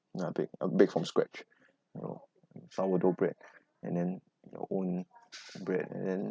nah bake I bake from scratch no sourdough bread and then your own bread and then